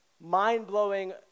mind-blowing